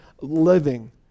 living